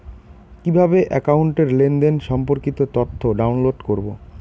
কিভাবে একাউন্টের লেনদেন সম্পর্কিত তথ্য ডাউনলোড করবো?